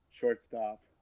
shortstop